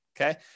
okay